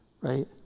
Right